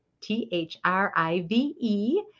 T-H-R-I-V-E